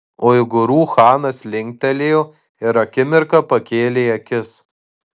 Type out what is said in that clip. uigūrų chanas linktelėjo ir akimirką pakėlė akis